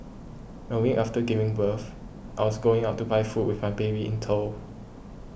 a week after giving birth I was going out to buy food with my baby in tow